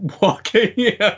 walking